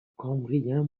cambrien